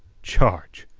charge?